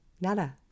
Nada